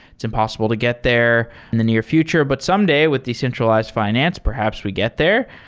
it's impossible to get there in the near future, but someday with decentralized fi nance, perhaps we get there.